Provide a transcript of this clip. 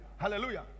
Hallelujah